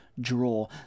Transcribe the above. draw